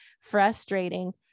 frustrating